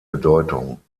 bedeutung